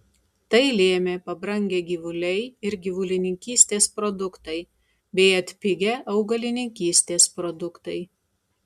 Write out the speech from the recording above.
tai lėmė pabrangę gyvuliai ir gyvulininkystės produktai bei atpigę augalininkystės produktai